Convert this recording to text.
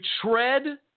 tread